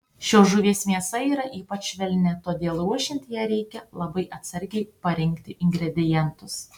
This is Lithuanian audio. šios žuvies mėsa yra ypač švelni todėl ruošiant ją reikia labai atsargiai parinkti ingredientus